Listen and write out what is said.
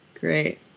Great